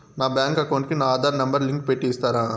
నా bank account కు నా ఆధార్ నెంబర్ లింకు పెట్టి ఇస్తారా?